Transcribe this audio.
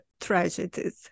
tragedies